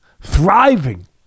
Thriving